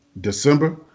December